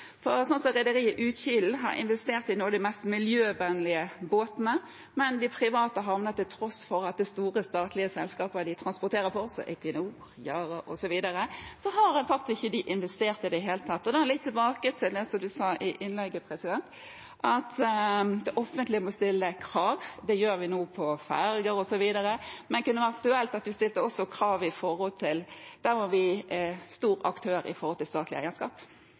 har rederiet Utkilen investert i noen av de mest miljøvennlige båtene, men de private havnene har – til tross for at det er store statlige selskaper de transporterer for, som Equinor, Yara, osv. – ikke investert i det i det hele tatt. Så litt tilbake til det som statsråden sa i innlegget sitt, at det offentlige må stille krav. Det gjør vi nå når det gjelder ferger osv., men kunne det være aktuelt også å stille krav der vi er en stor aktør, altså ut fra statlig eierskap?